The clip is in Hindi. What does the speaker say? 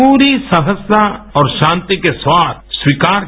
पूरी सहजता और शांति के साथ स्वीकार किया